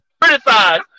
criticize